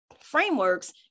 frameworks